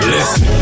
Listen